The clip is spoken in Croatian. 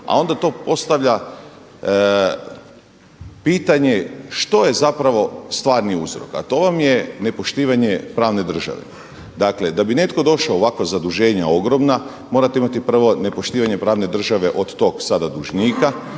a onda to postavlja pitanje što ja zapravo stvarni uzrok? A to vam je nepoštivanje pravne države. Dakle da bi netko došao u ovakva zaduženja ogromna morate imati prvo nepoštivanje pravne države od tog sada dužnika